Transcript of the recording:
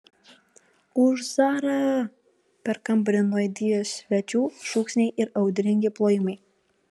už zarą per kambarį nuaidėjo svečių šūksniai ir audringi plojimai